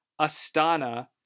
Astana